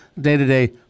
day-to-day